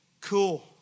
Cool